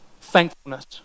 Thankfulness